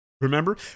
Remember